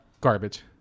Garbage